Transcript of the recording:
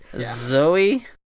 Zoe